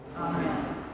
Amen